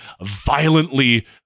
violently